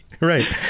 Right